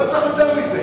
לא צריך יותר מזה.